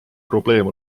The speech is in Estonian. probleem